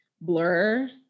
blur